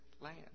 land